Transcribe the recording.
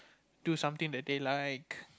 do something that they like